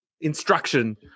instruction